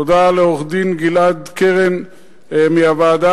תודה לעורך-דין גלעד קרן מהוועדה,